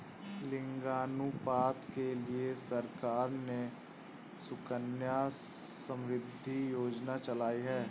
लिंगानुपात के लिए सरकार ने सुकन्या समृद्धि योजना चलाई है